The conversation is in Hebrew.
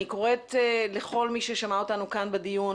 אני קוראת לכל מי ששמע אותנו כאן בדיון.